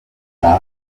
guy